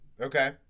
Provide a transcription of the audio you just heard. Okay